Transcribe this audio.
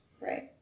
Right